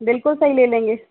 बिल्कुल सही ले लेंगे